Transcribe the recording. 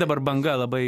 dabar banga labai